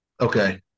Okay